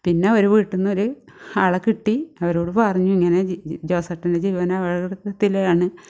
പിന്ന ഒരു വീട്ടിൽ നിന്നൊരു ആളെ കിട്ടി അവരോട് പറഞ്ഞു ഇങ്ങനെ ജോസേട്ടൻ്റെ ജീവൻ അപകടത്തിലാണ്